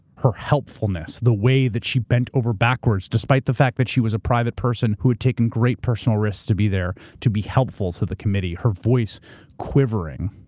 her helpfulness, the way that she bent over backwards despite the fact that she was a private person who had taken great personal risks to be there, to be helpful to the committee, her voice quivering